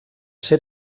ser